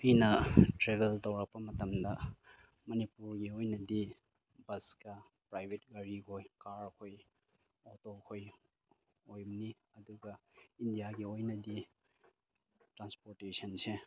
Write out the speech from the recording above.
ꯑꯩꯅ ꯇ꯭ꯔꯥꯕꯦꯜ ꯇꯧꯔꯛꯄ ꯃꯇꯝꯗ ꯃꯅꯤꯄꯨꯔꯒꯤ ꯑꯣꯏꯅꯗꯤ ꯕꯁꯀ ꯄ꯭ꯔꯥꯏꯕꯦꯠ ꯒꯥꯔꯤꯈꯣꯏ ꯀꯥꯔꯈꯣꯏ ꯑꯣꯇꯣꯈꯣꯏ ꯑꯣꯏꯕꯅꯤ ꯑꯗꯨꯒ ꯏꯟꯗꯤꯌꯥꯒꯤ ꯑꯣꯏꯅꯗꯤ ꯇ꯭ꯔꯥꯟꯁꯄꯣꯔꯇꯦꯁꯟꯁꯦ